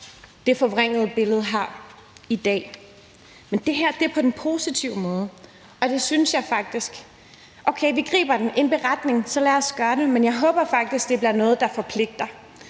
det forvrængede billede har i dag. Men det her er på den positive måde. Okay, vi griber til en beretning. Så lad os gøre det, men jeg håber faktisk, det bliver noget, der forpligter.